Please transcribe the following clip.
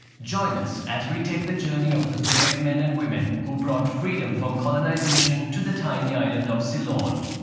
join us as we take the journey of the brave men and women who brought freedom from colonization to the tiny island of ceylon.